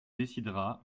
décidera